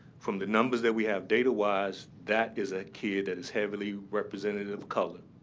from the numbers that we have data-wise, that is a kid that is heavily representative of color.